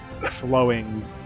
flowing